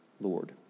Lord